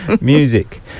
music